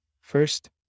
First